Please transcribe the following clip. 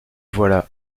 voilà